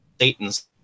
Satan's